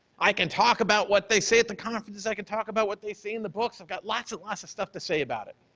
i can talk about what they say at the conferences. i can talk about what they say in the books. i've got lots and lots of stuff to say about it.